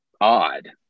odd